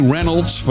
Reynolds